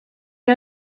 die